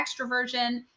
extroversion